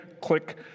click